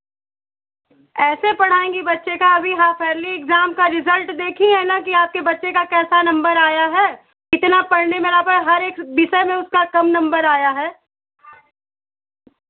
ऐसे पढ़ाएँगी बच्चे का अभी हाफ इयरली इग्ज़ाम का रिज़ल्ट देखी हैं ना कि आपके बच्चे का कैसा नंबर आया है इतना पढ़ने में लापर हर एक विषय में उसका कम नंबर आया है